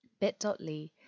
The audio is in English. bit.ly